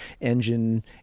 engine